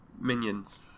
minions